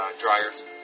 dryers